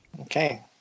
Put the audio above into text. okay